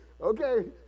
Okay